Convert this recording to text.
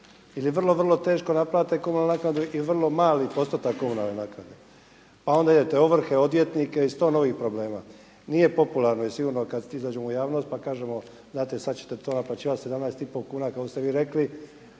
ili vrlo, vrlo teško naplate komunalnu naknadu ili vrlo mali postotak komunalne naknade. Pa onda idete ovrhe, odvjetnike i sto novih problema. Nije popularno i sigurno kad s tim izađemo u javnost pa kažemo: Znate sada ćete to naplaćivati 17 i pol kuna, kao što ste vi rekli.